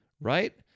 right